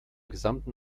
gesamten